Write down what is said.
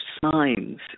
signs